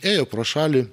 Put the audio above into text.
ėjo pro šalį